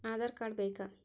Aadhaar card ಬೇಕಾ?